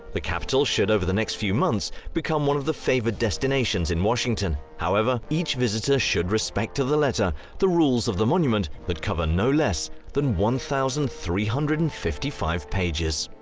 the capitol should over the next few months become one of the favoured destinations in washington. however each visitor should respect to the letter the rules of the monument that cover no less than one thousand three hundred and fifty five pages.